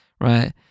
right